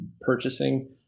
purchasing